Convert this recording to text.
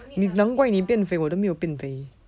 难怪你变肥我都没有变肥